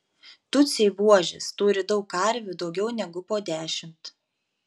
tutsiai buožės turi daug karvių daugiau negu po dešimt